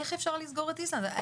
איך אפשר לסגור את איסלנד?